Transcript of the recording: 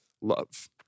Love